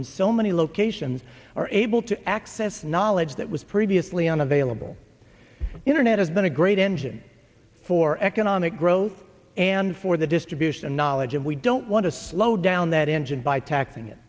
in so many locations are able to access knowledge that was previously unavailable internet has been a great engine for economic growth and for the distribution and knowledge of we don't want to slow down that engine by taxing it